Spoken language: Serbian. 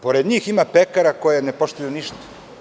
Pored njih ima pekara koje ne poštuju ništa.